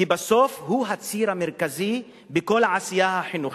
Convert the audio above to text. כי בסוף הוא הציר המרכזי בכל העשייה החינוכית.